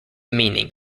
meaning